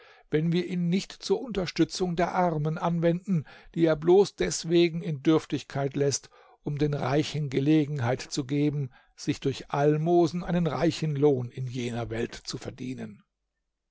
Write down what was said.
wenn wir ihn nicht zur unterstützung der armen anwenden die er bloß deswegen in dürftigkeit läßt um den reichen gelegenheit zu geben sich durch almosen einen reichen lohn in jener welt zu verdienen